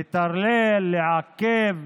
לטרלל, לעכב.